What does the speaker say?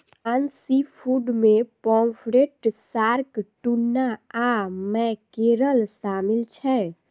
आन सीफूड मे pomfret, shark, tuna आ मैकेरल शामिल छै